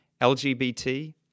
LGBT